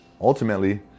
ultimately